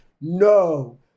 No